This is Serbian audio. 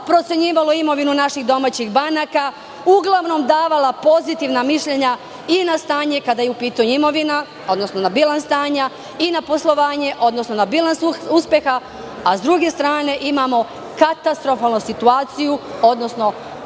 procenjivale imovinu naših domaćih banaka, uglavnom davale pozitivna mišljenja i na stanje kada je u pitanju imovina, odnosno na bilans stanja i na poslovanje, odnosno na bilans uspeha. Sa druge strane, imamo katastrofalnu situaciju, odnosno